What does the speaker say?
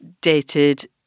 dated